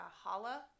Hala